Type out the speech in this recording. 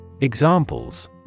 Examples